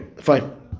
fine